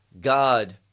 God